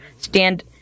stand